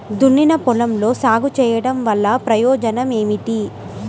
దున్నిన పొలంలో సాగు చేయడం వల్ల ప్రయోజనం ఏమిటి?